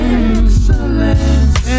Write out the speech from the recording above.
excellence